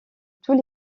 tous